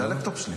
זה הלפטופ שלי.